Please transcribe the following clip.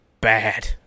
bad